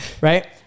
right